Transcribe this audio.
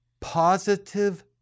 positive